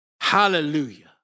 Hallelujah